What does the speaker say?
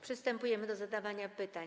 Przystępujemy do zadawania pytań.